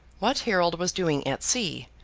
what harold was doing at sea,